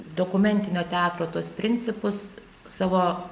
dokumentinio teatro tuos principus savo